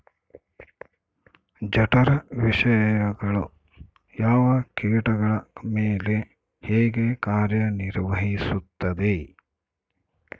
ಜಠರ ವಿಷಯಗಳು ಯಾವ ಕೇಟಗಳ ಮೇಲೆ ಹೇಗೆ ಕಾರ್ಯ ನಿರ್ವಹಿಸುತ್ತದೆ?